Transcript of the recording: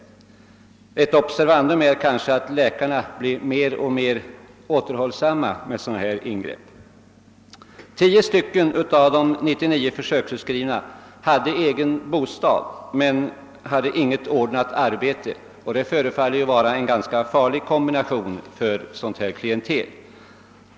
Ett observandum är att läkarna blir mer och mer återhållsamma med sådana här ingrepp. Av de 99 försöksutskrivna hade 10 egen bostad men inte något ordnat arbete, vilket förefaller vara en ganska farlig kombination för detta klientel.